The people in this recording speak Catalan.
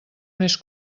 més